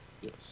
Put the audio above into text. Yes